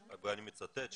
ואני מצטט,